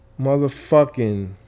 motherfucking